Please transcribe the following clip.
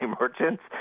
merchants